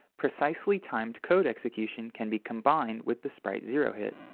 precisely timed code execution can be combined with the sprite zero hit.